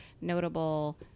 notable